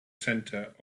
center